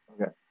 Okay